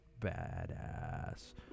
badass